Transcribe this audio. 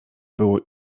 było